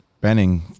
Benning